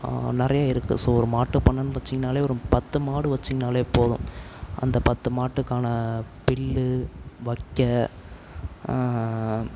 நிறைய இருக்குது ஸோ ஒரு மாட்டுப் பண்ணைனு வைச்சிங்கனாலே ஒரு பத்து மாடு வைச்சிங்கனாலே போதும் அந்த பத்து மாட்டுக்கான புல்லு வைக்கேல்